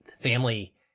Family